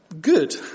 good